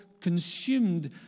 consumed